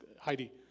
Heidi